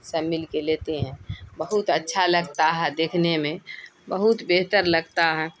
سب مل کے لیتے ہیں بہت اچھا لگتا ہے دیکھنے میں بہت بہتر لگتا ہے